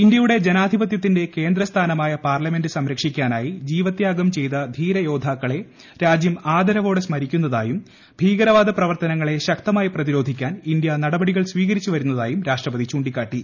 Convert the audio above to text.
ഇന്ത്യയുടെ ജനാധിപത്യത്തിന്റെ കേന്ദ്ര സ്ഥാനമായ പാർലമെന്റ് സംരക്ഷിക്കാനായി ജീവത്യാഗം ചെയ്ത ധീര യോദ്ധാക്കളെ രാജ്യം ആദരവോടെ സ്മരിക്കുന്നതായും ഭീകരവാദ പ്രവർത്തനങ്ങളെ ശക്തമായി പ്രതിരോധിക്കാൻ ഇന്ത്യ നടപടികൾ സ്വീകരിച്ചുവരുന്നതായും രാഷ്ട്രപതി ചൂണ്ടിക്കാട്ടി